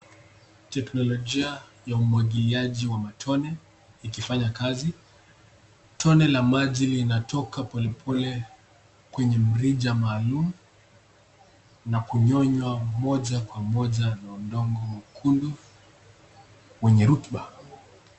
Teknolojia ya umwagiliaji wa matone ikifanya kazi. Tone la maji linatoka polepole kwenye mrija maalum na kunyonywa moja kwa moja na udongo mwekundu wenye rotuba.